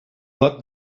but